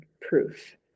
proof